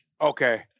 Okay